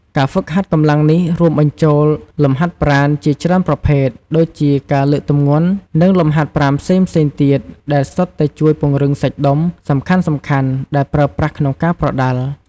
ការហ្វឹកហាត់កម្លាំងនេះរួមបញ្ចូលលំហាត់ប្រាណជាច្រើនប្រភេទ ដូចជាការលើកទម្ងន់ និងលំហាត់ប្រាណផ្សេងៗទៀត ដែលសុទ្ធតែជួយពង្រឹងសាច់ដុំសំខាន់ៗដែលប្រើប្រាស់ក្នុងការប្រដាល់។